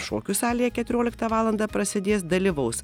šokių salėje keturioliktą valandą prasidės dalyvaus